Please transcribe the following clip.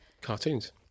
cartoons